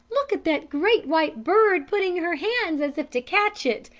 look at that great white bird putting her hands as if to catch it,